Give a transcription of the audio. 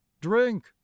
drink